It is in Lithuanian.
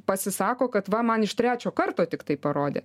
pasisako kad va man iš trečio karto tiktai parodė